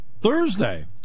Thursday